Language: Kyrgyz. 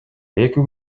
эки